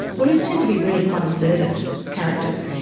bullies tend to be really quite observant characters,